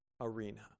arena